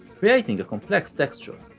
creating a complex texture.